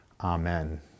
Amen